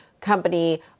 company